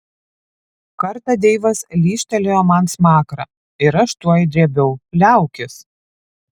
kartą deivas lyžtelėjo man smakrą ir aš tuoj drėbiau liaukis